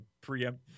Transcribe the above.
preempt